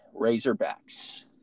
Razorbacks